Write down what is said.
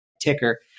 ticker